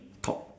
top